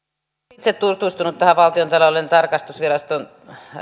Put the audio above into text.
itse tutustunut tähän valtiontalouden tarkastusviraston